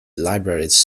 libraries